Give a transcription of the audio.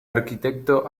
arquitecto